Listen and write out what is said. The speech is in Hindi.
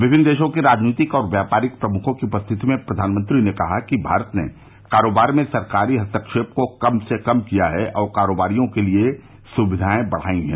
विभिन्न देशों के राजनीतिक और व्यापारिक प्रमुखों की उपस्थिति में प्रधानमंत्री ने कहा कि भारत ने कारोबार में सरकारी हस्तक्षेप को कम से कम किया है और कारोबारियों के लिए सुविधाए बढ़ाई हैं